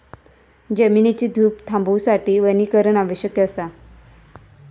जमिनीची धूप थांबवूसाठी वनीकरण आवश्यक असा